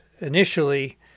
initially